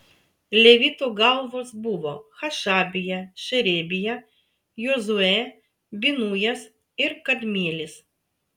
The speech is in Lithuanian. levitų galvos buvo hašabija šerebija jozuė binujas ir kadmielis